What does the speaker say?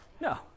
No